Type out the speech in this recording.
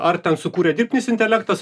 ar ten sukūrė dirbtinis intelektas